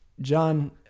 John